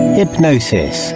hypnosis